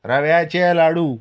रव्याचे लाडू